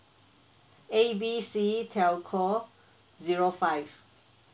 A B C telco zero five